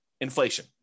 Inflation